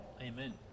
Amen